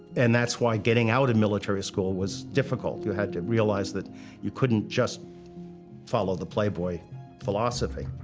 and that's why getting out of military school was difficult. you had to realize that you couldn't just follow the playboy philosophy.